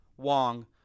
wong